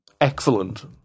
excellent